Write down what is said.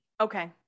Okay